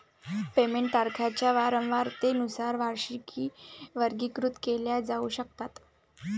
payment तारखांच्या वारंवारतेनुसार वार्षिकी वर्गीकृत केल्या जाऊ शकतात